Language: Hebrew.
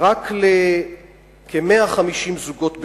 רק לכ-150 זוגות בשנה,